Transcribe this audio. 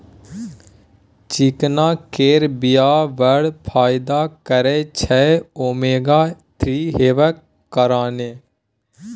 चिकना केर बीया बड़ फाइदा करय छै ओमेगा थ्री हेबाक कारणेँ